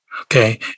okay